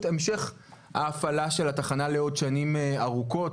המשך ההפעלה של התחנה לעוד שנים ארוכות,